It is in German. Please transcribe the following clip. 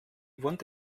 wohnt